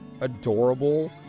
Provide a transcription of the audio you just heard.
adorable